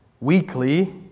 weekly